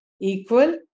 equal